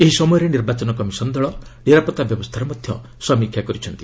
ଏହି ସମୟରେ ନିର୍ବାଚନ କମିଶନ୍ ଦଳ ନିରାପତ୍ତା ବ୍ୟବସ୍ଥାର ମଧ୍ୟ ସମୀକ୍ଷା କରିଛନ୍ତି